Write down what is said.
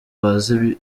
bazi